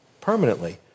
permanently